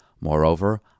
Moreover